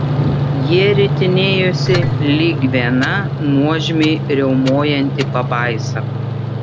jie ritinėjosi lyg viena nuožmiai riaumojanti pabaisa